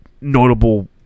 notable